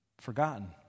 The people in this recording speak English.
forgotten